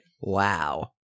Wow